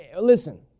listen